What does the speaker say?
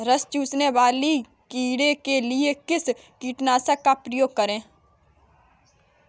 रस चूसने वाले कीड़े के लिए किस कीटनाशक का प्रयोग करें?